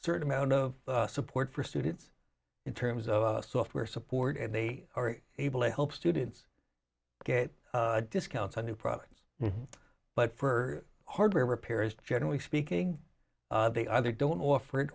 certain amount of support for students in terms of software support and they are able to help students get discounts on new products but for hardware repairs generally speaking they either don't offer it